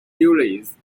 gullies